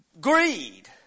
Greed